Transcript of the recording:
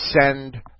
send